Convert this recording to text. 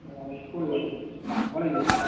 હ કોઈ વાંધો નહીં મળી જશે